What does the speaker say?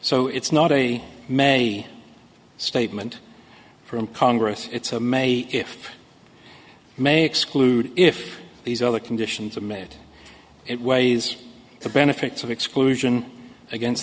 so it's not a may statement from congress it's a may if may exclude if these other conditions are met it weighs the benefits of exclusion against